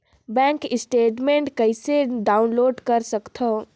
Bank statement कइसे download कर सकथव?